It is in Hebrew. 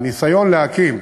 הניסיון להקים